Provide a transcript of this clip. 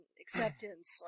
acceptance